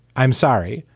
i'm sorry,